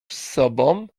sobą